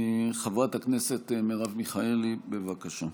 חברת הכנסת מרב מיכאלי, בבקשה.